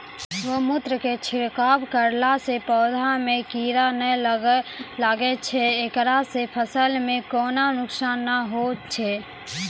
गोमुत्र के छिड़काव करला से पौधा मे कीड़ा नैय लागै छै ऐकरा से फसल मे कोनो नुकसान नैय होय छै?